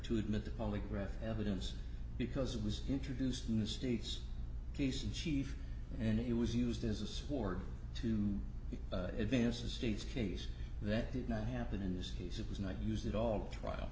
to admit the polygraph evidence because it was introduced in the state's case in chief and it was used as a sward to advance the state's case that did not happen in this case it was not used at all trial